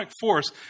force